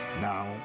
Now